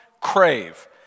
Crave